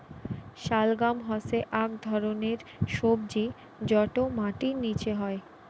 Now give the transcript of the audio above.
শালগাম হসে আক ধরণের সবজি যটো মাটির নিচে হই